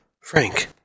Frank